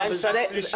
אבל מה עם צד שלישי?